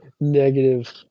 negative